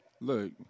Look